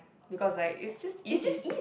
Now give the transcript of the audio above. because like it's just easy